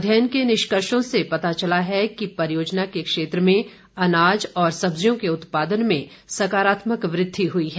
अध्ययन के निष्कर्षों से पता चला है कि परियोजना के क्षेत्र में अनाज और सब्जियों के उत्पादन में सकारात्मक वृद्धि हुई है